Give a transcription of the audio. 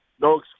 No